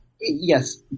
yes